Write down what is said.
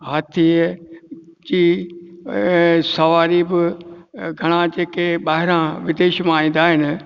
हाथीअ जी सवारी बि घणा जेके ॿाहिरां विदेश मां ईंदा आहिनि